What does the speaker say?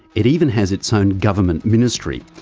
it even has its own government ministry,